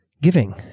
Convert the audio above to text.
Giving